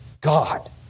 God